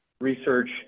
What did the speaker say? research